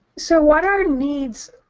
so what are needs